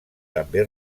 també